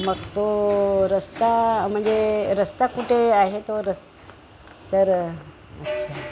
मग तो रस्ता म्हणजे रस्ता कुठे आहे तो रस् तर अच्छा